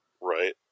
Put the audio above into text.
Right